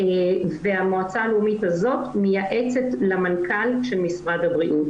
והמועצה הלאומית הזאת מייעצת למנכ"ל של משרד הבריאות,